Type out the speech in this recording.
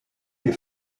les